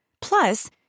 Plus